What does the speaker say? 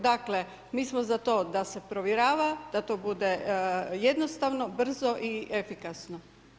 Dakle, mi smo za to da se provjerava, da to bude jednostavno, brzo i efikasno.